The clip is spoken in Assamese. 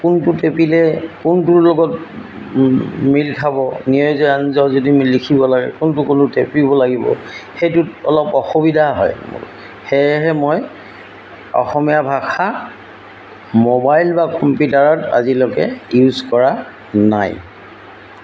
কোনটো টেপিলে কোনটোৰ লগত মিল খাব ঞ্জ যদি লিখিব লাগে কোনটো কোনো টেপিব লাগিব সেইটোত অলপ অসুবিধা হয় মোৰ সেয়েহে মই অসমীয়া ভাষা মোবাইল বা কম্পিউটাৰত আজিলৈকে ইউজ কৰা নাই